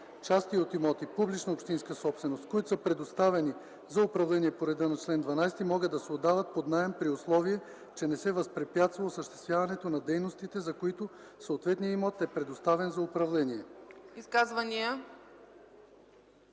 Части от имоти – публична общинска собственост, които са предоставени за управление по реда на чл. 12, могат да се отдават под наем, при условие че не се възпрепятства осъществяването на дейностите, за които съответният имот е предоставен за управление.”